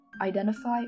identify